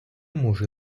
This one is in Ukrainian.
може